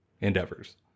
endeavors